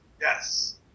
Yes